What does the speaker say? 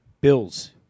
Bills